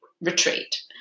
retreat